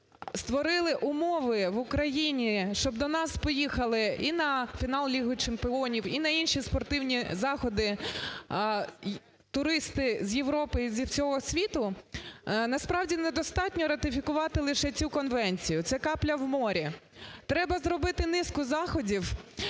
створили умови в Україні, щоб до нас поїхали і на фінал Ліги чемпіонів, і на інші спортивні заходи туристи з Європи і зі всього світу, насправді недостатньо ратифікувати лише цю конвенцію, це капля в морі, треба зробити низку заходів